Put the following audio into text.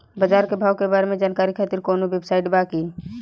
बाजार के भाव के बारे में जानकारी खातिर कवनो वेबसाइट बा की?